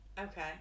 Okay